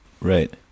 right